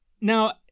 Now